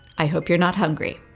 i hope you're not hungry.